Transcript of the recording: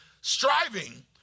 Striving